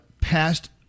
passed